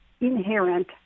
inherent